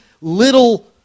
little